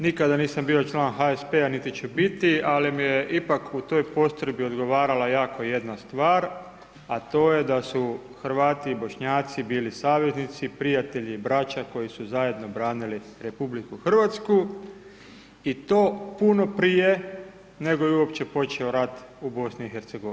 Nikada nisam bio član HSP-a niti ću biti, ali mi je ipak u toj postrojbi odgovarala jako jedna stvar, a to je da su Hrvati i Bošnjaci bili saveznici, prijatelji i braća koji su zajedno branili RH i to puno prije nego je počeo rat u BiH.